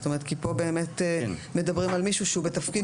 כי פה באמת מדברים על מישהו שהוא בתפקיד